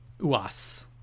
UAS